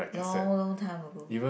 long long time ago